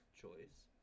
choice